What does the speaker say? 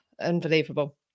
unbelievable